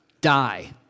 Die